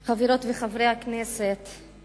של חברת הכנסת חנין זועבי: